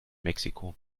mexiko